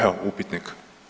Evo, upitnik.